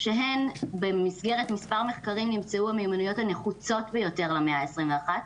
שהן במסגרת מספר מחקרים נמצאו המיומנויות הנחוצות ביותר למאה ה-21,